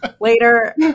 later